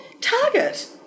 Target